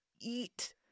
eat